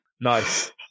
Nice